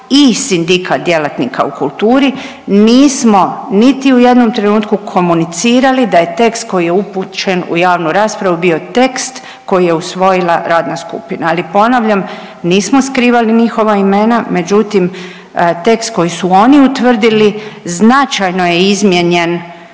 i Sindikat djelatnika u kulturi nismo niti u jednom trenutku komunicirali da je tekst koji je upućen u javnu raspravu bio tekst koji je usvojila radna skupina. Ali ponavljam nismo skrivali njihova imena, međutim tekst koji su oni utvrdili značajno je izmijenjen